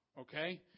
okay